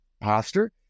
Pastor